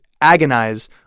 agonize